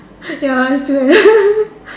ya it's true